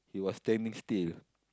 he was standing still